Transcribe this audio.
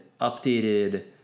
updated